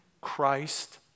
Christ